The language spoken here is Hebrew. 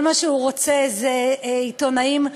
כל מה שהוא רוצה זה עיתונאים כנועים,